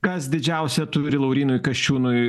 kas didžiausią turi laurynui kasčiūnui